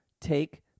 take